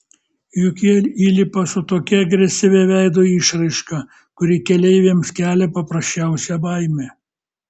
juk jie įlipa su tokia agresyvia veido išraiška kuri keleiviams kelia paprasčiausią baimę